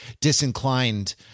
disinclined